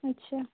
ଆଚ୍ଛା